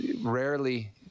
rarely